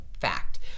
fact